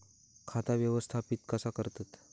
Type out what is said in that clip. खाता व्यवस्थापित कसा करतत?